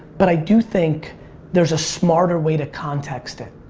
but i do think there's a smarter way to context it.